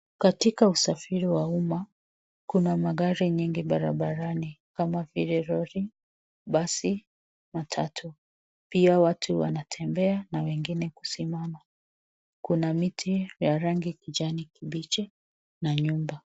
Katika usafiri wa uma, kuna magari nyingi barabarani kama vile lori, basi, matatu. Pia watu wanatembea na wengine kusimama. Kuna miti ya rangi kijani kibichi na nyumba.